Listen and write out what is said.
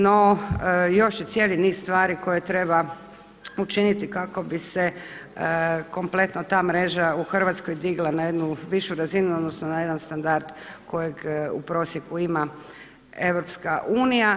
No još je cijeli niz stvari koje treba učiniti kako bi se kompletno ta mreža u Hrvatskoj digla na jednu višu razinu, odnosno na jedan standard kojeg u prosjeku ima EU.